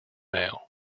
mail